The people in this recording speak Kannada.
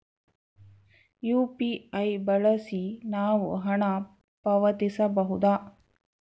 ಯು.ಪಿ.ಐ ಬಳಸಿ ನಾವು ಹಣ ಪಾವತಿಸಬಹುದಾ?